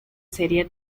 serie